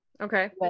Okay